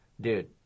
Dude